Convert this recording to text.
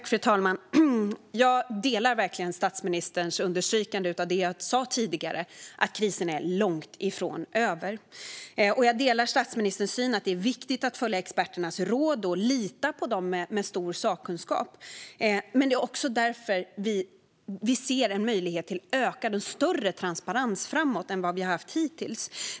Fru talman! Jag är verkligen enig med statsministerns understrykande av det jag sa tidigare, att krisen är långt ifrån över. Jag delar statsministerns syn att det är viktigt att följa experternas råd och att lita på dem som har stor sakkunskap. Men det är därför vi ser en möjlighet till större transparens framöver än vad vi har haft hittills.